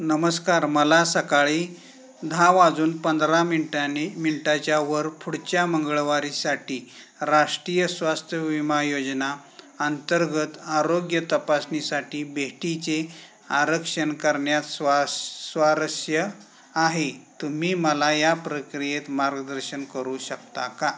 नमस्कार मला सकाळी दहा वाजून पंधरा मिनटांनी मिनटाच्यावर पुढच्या मंगळवारीसाठी राष्ट्रीय स्वास्थ्य विमा योजना अंतर्गत आरोग्य तपासणीसाठी भेटीचे आरक्षण करण्यात स्वास स्वारस्य आहे तुम्ही मला या प्रक्रियेत मार्गदर्शन करू शकता का